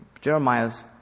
Jeremiah's